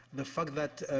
the fact that